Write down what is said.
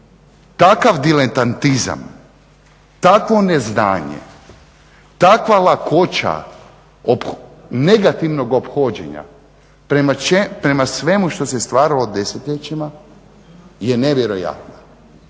Takav diletantizam, takvo neznanje, takva lakoća negativnog ophođenja prema svemu što se stvaralo desetljećima je nevjerojatna.